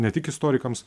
ne tik istorikams